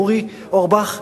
אורי אורבך,